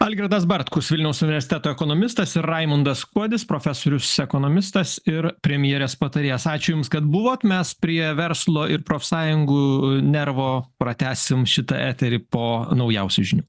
algirdas bartkus vilniaus universiteto ekonomistas ir raimundas kuodis profesorius ekonomistas ir premjerės patarėjas ačiū jums kad buvot mes prie verslo ir profsąjungų nervo pratęsim šitą eterį po naujausių žinių